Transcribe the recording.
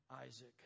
Isaac